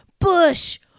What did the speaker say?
Bush